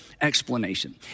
explanation